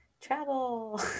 travel